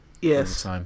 Yes